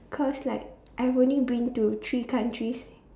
cause like I've only been to three countries